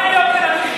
מה עם יוקר המחיה?